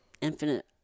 infinite